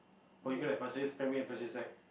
or you mean like Pasir-Ris primary and Pasir-Ris sec